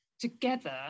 together